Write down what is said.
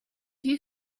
you